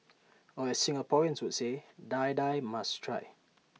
or as Singaporeans would say Die Die must try